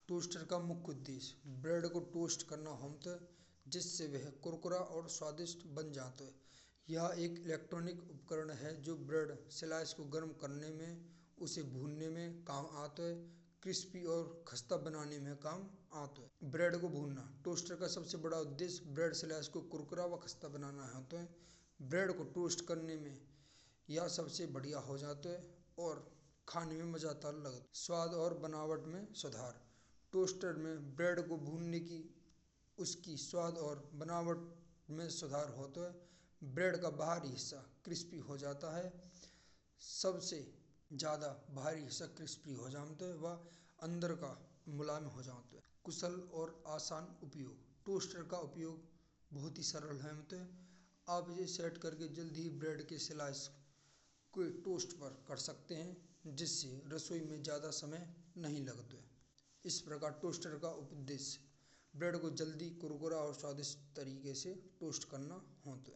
टोस्टर का मुख्य उद्देश्य, ब्रेड को टोस्ट बनाना हंमतो है। जिसे वाह कुरकुरे और स्वादिष्ट बन जाते हैं। यह एक इलेक्ट्रॉनिक उपकरण है। जो ब्रेड स्लाइस को गर्म करने में उसे भूनने में काम आतो है। कुरकुरे और स्वादिष्ट बनाने में हतो है। ब्रेड को भूनाना: टोस्टर का सबसे बड़ा उद्देश्य ब्रेड स्लाइस कुरकुरा व खस्ता बनाना हतो है। ब्रेड को टोस्ट करने में यह सबसे बढ़िया हो जातो है। और खाने में मज़ा आता है। स्वाद और बनावट में सुधार: टोस्टर में ब्रेड को भूनने से उसके स्वाद और स्वाद में सुधार हो तो ब्रेड का बाहरी हिस्सा क्रिस्पी हो जाता है। सबसे ज्यादा भारित सतह हो जातो है। अंदर का मुलायन हो जातो है। कुशल और आसान उपाय: टोस्टर का उपयोग बहुत ही सरल है रहमत है। आप इसे सेट करके जल्द ही ब्रेड के स्लाइस को टोस्ट पर कर सकते हैं। जिसे रसोई में ज्यादा समय नहीं लगतो है। इस प्रकार टोस्टर का उपयोग डिश, ब्रेक को जल्दी कुरकुरा बनाने और स्वादिष्ट तरीके से टोस्ट करना होता है।